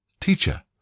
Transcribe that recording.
Teacher